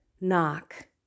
knock